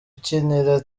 ukinira